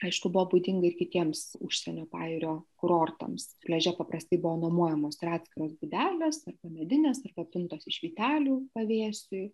aišku buvo būdinga ir kitiems užsienio pajūrio kurortams pliaže paprastai buvo nuomojamos ir atskiros būdelės arba medinės arba pintos iš vytelių pavėsiui